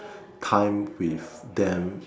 time with them